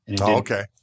Okay